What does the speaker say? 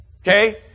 Okay